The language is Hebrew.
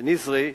בניזרי,